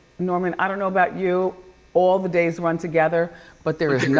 norman, i don't know about you all the days run together but there is